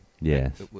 Yes